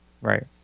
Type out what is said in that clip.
Right